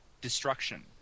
destruction